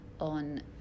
on